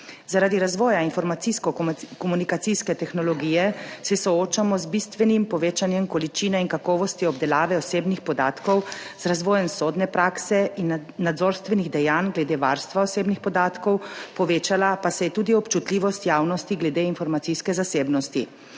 Zaradi razvoja informacijsko-komunikacijske tehnologije se soočamo z bistvenim povečanjem količine in kakovosti obdelave osebnih podatkov, z razvojem sodne prakse in nadzorstvenih dejanj glede varstva osebnih podatkov, povečala pa se je tudi občutljivost javnosti glede informacijske zasebnosti.